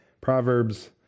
Proverbs